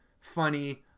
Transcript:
funny